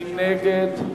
מי נגד?